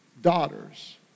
daughters